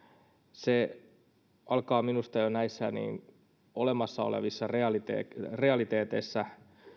se alkaa minusta jo näissä olemassa olevissa realiteeteissa realiteeteissa